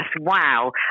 wow